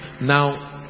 Now